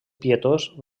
pietós